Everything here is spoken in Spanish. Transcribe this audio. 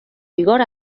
vigor